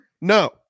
No